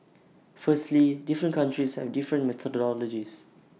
firstly different countries have different methodologies